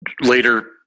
later